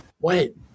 wait